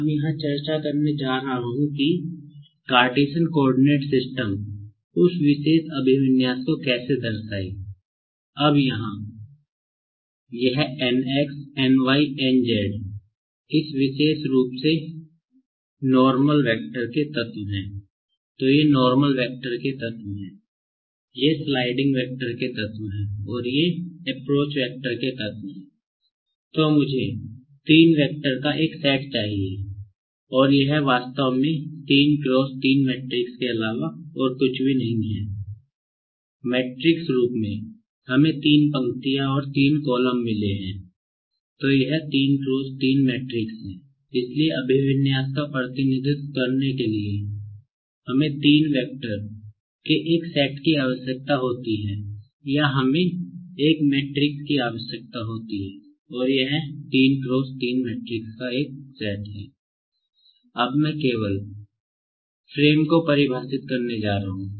अब मैं केवल फ्रेम को परिभाषित करने जा रहा हूं